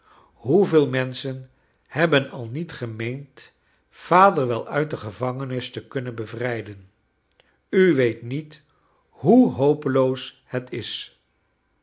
hoeveel menschen hebben al niet gemeend vader wel uit de gevangenis te kunnen bevrijden ii weet niet hoe hopeloos het is